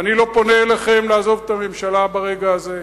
ואני לא פונה אליכם לעזוב את הממשלה ברגע הזה,